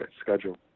schedule